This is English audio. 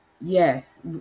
yes